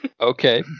Okay